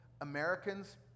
Americans